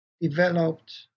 developed